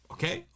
Okay